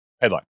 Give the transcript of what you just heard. Headline